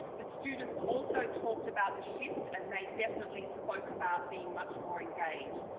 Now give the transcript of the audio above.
the students also talked about the shift and they definitely spoke about being much more engaged.